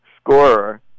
scorer